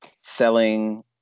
selling